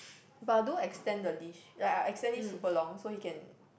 but I do extend the leash like I extend it super long so he can